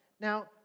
Now